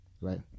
Right